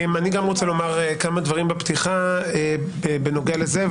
אני גם רוצה לומר כמה דברים בפתיחה בנוגע לזה.